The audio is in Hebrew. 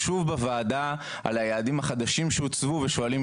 יושבים שוב בוועדה על היעדים החדשים שהוצעו ושוב שואלים